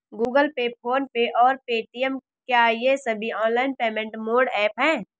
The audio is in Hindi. गूगल पे फोन पे और पेटीएम क्या ये सभी ऑनलाइन पेमेंट मोड ऐप हैं?